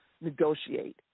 negotiate